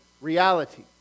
reality